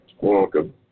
Welcome